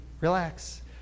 relax